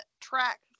track